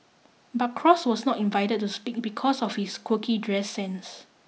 but Cross was not invited to speak because of his quirky dress sense